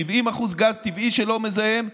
70% גז טבעי שלא מזהם,